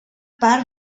part